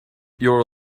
your